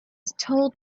told